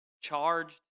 charged